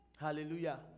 hallelujah